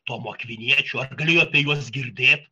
tomu akviniečiu ar galėjo apie juos girdėti